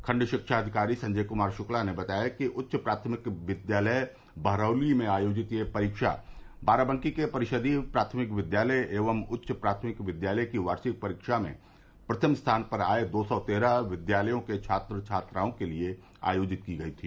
खंड शिक्षा अधिकारी संजय कुमार शुक्ला ने बताया कि उच्च प्राथमिक विद्यालय बहरौली में आयोजित यह परीक्षा बाराबंकी के परिषदीय प्राथमिक विद्यालय एवं उच्च प्राथमिक विद्यालय की वार्षिक परीक्षा में प्रथम स्थान पर आये दो सौ तेरह विद्यालयों के छात्र छात्राओं के लिये आयोजित की गई थी